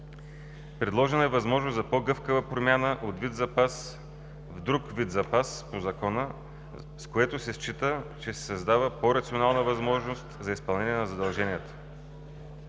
предложена възможност за по-гъвкава промяна от един вид запас в друг вид запас по Закона, с което се счита, че се създава по-рационална възможност за изпълнение на задълженията.